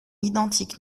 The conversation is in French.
identiques